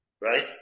Right